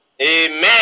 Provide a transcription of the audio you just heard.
amen